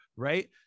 right